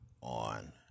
on